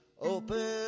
open